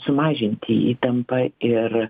sumažinti įtampą ir